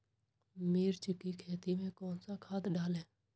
मिर्च की खेती में कौन सा खाद डालें?